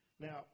Now